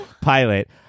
pilot